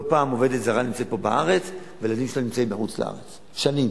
לא פעם עובדת זרה נמצאת פה בארץ והילדים שלה נמצאים בחוץ-לארץ שנים.